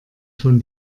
schon